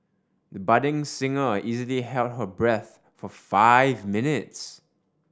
the budding singer easily held her breath for five minutes